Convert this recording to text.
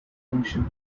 function